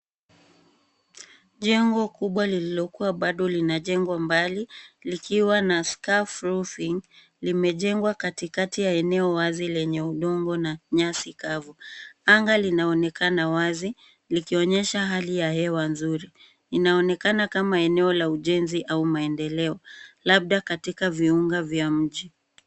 Jengo kubwa lililokuwa bado linajengwa mbali likiwa na scarf roofing , limejengwa katikati ya eneo wazi lenye udongo na nyasi kavu. Anga linaonekana wazi, likionyesha hali ya hewa nzuri. Inaonekana kama eneo la ujenzi au maendeleo, labda katika viunga vya mji.